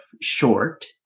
short